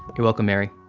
you're welcome, mary.